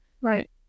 Right